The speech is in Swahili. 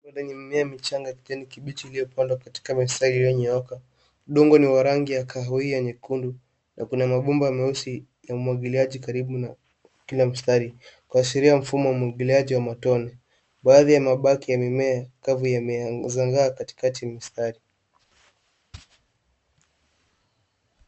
Ni mimea michanga ya kijani kibichi iliyopandwa katika misaa iliyonyooka udongo ni wa rangi ya kahawia nyekundu na kuna mabomba meusi ya umwagiliaji karibu na kila mstari kuashiria mfumo wa umwagiliaji wa matone baadhi ya mabaki ya mimea kavu yamezangaa katikati ya mistari.